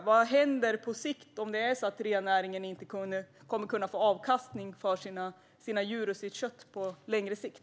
Vad händer på längre sikt om rennäringen inte kan få avkastning från sina djur och sitt kött?